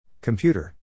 Computer